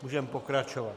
Můžeme pokračovat.